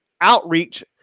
outreach